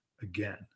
again